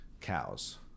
cows